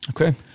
Okay